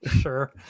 Sure